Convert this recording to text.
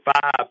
Five